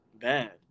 Bad